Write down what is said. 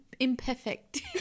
imperfect